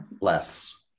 Less